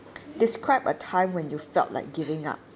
describe a time when you felt like giving up